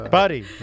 buddy